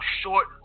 short